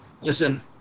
listen